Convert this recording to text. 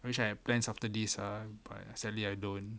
I wish I have plans after this ah but sadly I don't